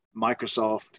Microsoft